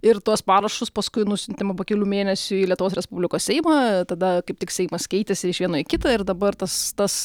ir tuos parašus paskui nusiuntėme po kelių mėnesių į lietuvos respublikos seimą tada kaip tik seimas keitėsi iš vieno į kitą ir dabar tas tas